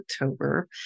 October